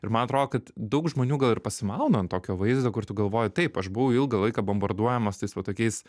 ir man atrodo kad daug žmonių gal ir pasimauna ant tokio vaizdo kur tu galvoji taip aš buvau ilgą laiką bombarduojamas tais va tokiais